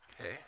Okay